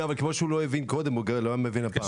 כמו שהוא לא הבין קודם, הוא לא היה מבין הפעם.